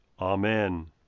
Amen